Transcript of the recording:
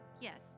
Yes